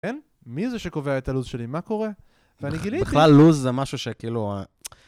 כן? מי זה שקובע את הלוז שלי? מה קורה? ואני גיליתי. בכלל, לוז זה משהו שכאילו...